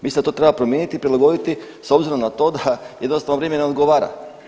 Mislim da to treba promijeniti i prilagoditi s obzirom na to da jednostavno vrijeme ne odgovara.